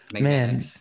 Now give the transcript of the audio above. Man